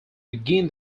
begin